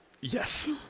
Yes